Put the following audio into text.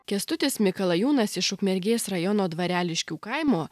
kęstutis mikalajūnas iš ukmergės rajono dvareliškių kaimo